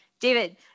David